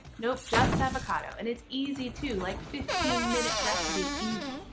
nope, just avocado. and is easy too. like fifteen minutes recipe easy.